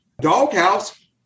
doghouse